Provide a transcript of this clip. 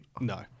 No